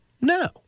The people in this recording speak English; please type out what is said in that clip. No